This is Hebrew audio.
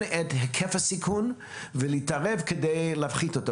את היקף הסיכון ולהתערב כדי להפחית אותו.